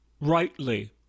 rightly